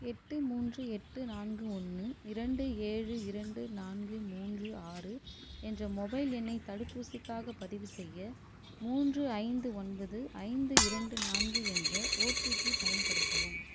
எட்டு மூன்று எட்டு நான்கு ஒன்று இரண்டு ஏழு இரண்டு நான்கு மூன்று ஆறு என்ற மொபைல் எண்ணை தடுப்பூசிக்காகப் பதிவுசெய்ய மூன்று ஐந்து ஒன்பது ஐந்து இரண்டு நான்கு என்ற ஓடிபி பயன்படுத்தவும்